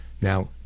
Now